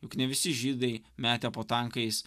juk ne visi žydai metė po tankais